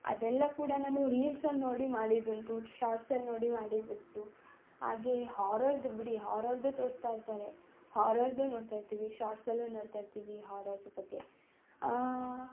ಅದೆಲ್ಲ ಕೂಡ ನಾನು ರೀಲ್ಸನ್ನ ನೋಡಿ ಮಾಡಿದ್ದುಂಟು ಶಾರ್ಟ್ಸನ್ನ ನೋಡಿ ಮಾಡಿದ್ದುಂಟು ಹಾಗೇ ಹಾರರ್ದು ಬಿಡಿ ಹಾರರ್ದು ತೋರಿಸ್ತಾ ಇರ್ತಾರೆ ಹಾರರ್ದು ನೋಡ್ತಾಯಿರ್ತೀವಿ ಶಾರ್ಟ್ಸಲ್ಲು ನೋಡ್ತಾಯಿರ್ತೀವಿ ಹಾರರ್ಸ್ದು ಬಗ್ಗೆ